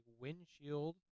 windshield